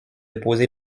déposer